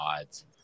Odds